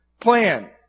Plan